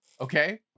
Okay